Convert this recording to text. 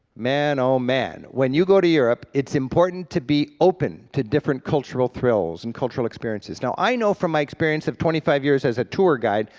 man oh man, when you go to europe it's important to be open to different cultural thrills and cultural experiences. now i know from my experience of twenty five years as a tour guide,